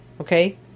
okay